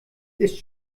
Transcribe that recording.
ist